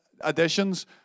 additions